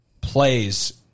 plays